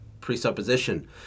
presupposition